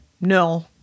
No